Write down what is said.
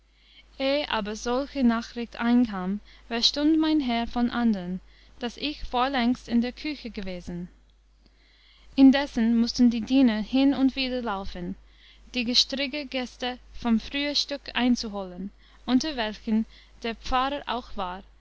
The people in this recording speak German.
aber solche nachricht einkam verstund mein herr von andern daß ich vorlängst in der küche gewesen indessen mußten die diener hin und wieder laufen die gestrige gäste zum frühestück einzuholen unter welchen der pfarrer auch war